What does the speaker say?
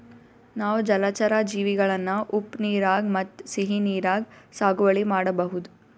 ನಾವ್ ಜಲಚರಾ ಜೀವಿಗಳನ್ನ ಉಪ್ಪ್ ನೀರಾಗ್ ಮತ್ತ್ ಸಿಹಿ ನೀರಾಗ್ ಸಾಗುವಳಿ ಮಾಡಬಹುದ್